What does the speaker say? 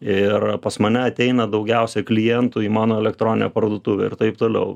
ir pas mane ateina daugiausiai klientų į mano elektroninę parduotuvę ir taip toliau